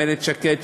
איילת שקד,